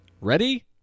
Ready